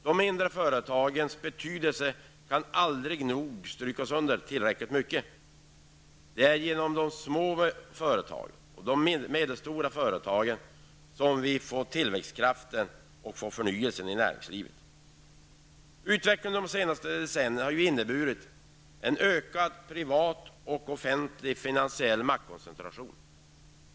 De mindre företagens betydelse kan aldrig nog understrykas. Det är genom de små och medelstora företagen som vi får tillväxtkraft och får förnyelse i näringslivet. Utvecklingen under de senaste decennierna har inneburit en ökad privat och offentlig finansiell maktkoncentration.